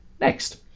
Next